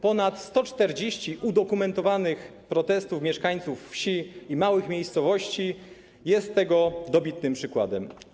Ponad 140 udokumentowanych protestów mieszkańców wsi i małych miejscowości jest tego dobitnym przykładem.